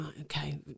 okay